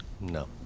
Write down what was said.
No